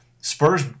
spurs